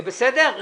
בסדר?